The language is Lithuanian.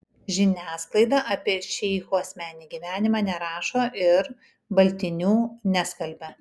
žiniasklaida apie šeichų asmeninį gyvenimą nerašo ir baltinių neskalbia